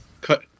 Cut